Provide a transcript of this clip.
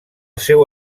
seu